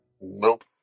Nope